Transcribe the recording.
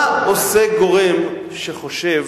אבל מה עושה גורם שחושב